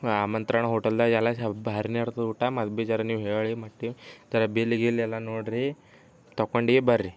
ಆಮಂತ್ರಣ ಹೋಟೆಲ್ದಾಗ ಎಲ್ಲ ಭಾರಿಯೇ ಇರ್ತದೆ ಊಟ ಮತ್ತು ಭಿ ಜರಾ ನೀವು ಹೇಳಿ ಮಟ್ಟಿ ಜರಾ ಬಿಲ್ ಗಿಲ್ ಎಲ್ಲ ನೋಡಿರಿ ತಕೊಂಡು ಬನ್ರಿ